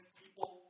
people